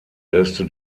löste